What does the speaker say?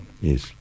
Yes